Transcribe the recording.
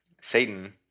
Satan